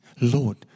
Lord